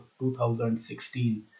2016